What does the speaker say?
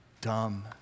dumb